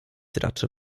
raczy